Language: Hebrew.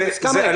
בדיוק.